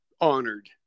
honored